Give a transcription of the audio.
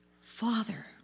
Father